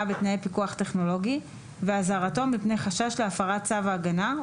בתנאי פיקוח טכנולוגי ואזהרתו מפני חשש להפרת צו ההגנה,